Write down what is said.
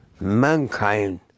mankind